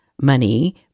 money